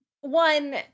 one